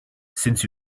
since